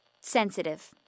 sensitive